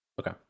Okay